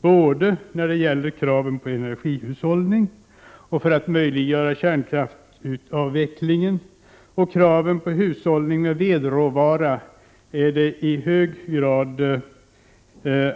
Både när det gäller kraven på energihushållning — för att möjliggöra kärnkraftsavvecklingen — och när det gäller kraven på hushållning med vedråvara är det verkligen